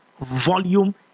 volume